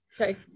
okay